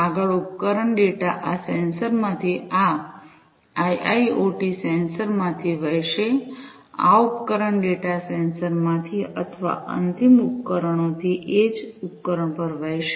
આગળ ઉપકરણ ડેટા આ સેન્સર્સ માંથી આ આઈઆઈઑટી સેન્સર્સ માંથી વહેશે આ ઉપકરણ ડેટા સેન્સરમાંથી અથવા અંતિમ ઉપકરણોથી એજ ઉપકરણ પર વહેશે